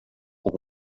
och